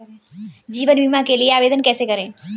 जीवन बीमा के लिए आवेदन कैसे करें?